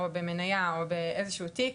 במנייה או באיזה שהוא תיק,